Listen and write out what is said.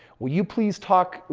will you please talk.